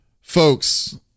folks